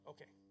Okay